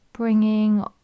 Bringing